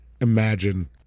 imagine